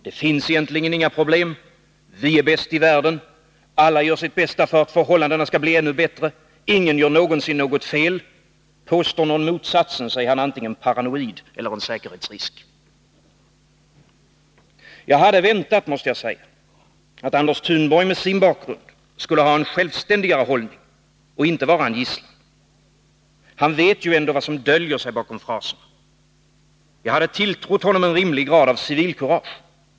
Det finns egentligen inga problem, vi är bäst i världen, alla gör sitt bästa för att förhållandena skall bli ännu bättre. Ingen gör någonsin något fel. Påstår man motsatsen, är man antingen paranoid eller en säkerhetsrisk. Jag måste säga att jag hade väntat att Anders Thunborg med sin bakgrund skulle ha en självständigare hållning och inte vara en gisslan. Han vet ju ändå vad som döljer sig bakom fraserna. Jag hade tilltrott honom en rimlig grad av civilkurage.